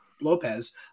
Lopez